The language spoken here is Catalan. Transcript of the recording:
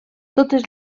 totes